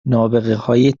نابغههای